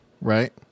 Right